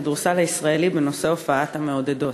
הכדורסל הישראלי בנושא הופעת המעודדות.